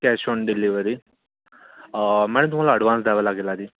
cash on delivery madam तुम्हाला advance द्यावा लागेल आधी